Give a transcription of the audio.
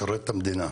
משרת את המדינה.